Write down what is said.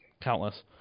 Countless